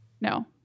no